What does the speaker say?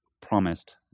promised